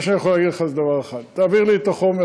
מה שאני יכול להגיד לך זה דבר אחד: תעביר לי את החומר,